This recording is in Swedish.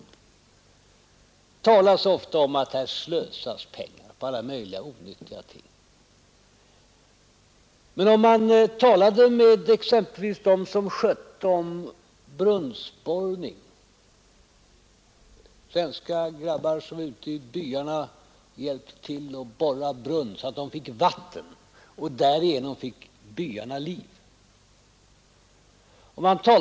Nr 125 Det talas ofta om att här slösas pengar på alla möjliga onyttiga ting. Men Torsdagen den jag talade med exempelvis dem som skötte om brunnsborrning, svenska 11 november 1971 grabbar som var ute i byarna och hjälpte till att borra brunn så att. befolkningen där fick vatten. Därigenom fick byarna liv. Jag talade med Ang.